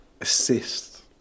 assist